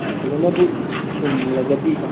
ꯐꯖꯅꯕꯨ ꯆꯨꯝꯂꯒꯗꯤ